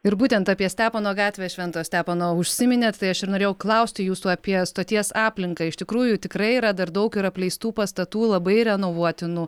ir būtent apie stepono gatvę švento stepono užsiminėt tai aš ir norėjau klausti jūsų apie stoties aplinką iš tikrųjų tikrai yra dar daug ir apleistų pastatų labai renovuotinų